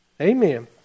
amen